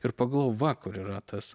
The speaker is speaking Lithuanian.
ir pagalvojau va kur yra tas